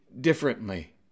differently